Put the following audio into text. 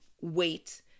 wait